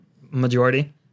majority